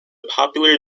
popular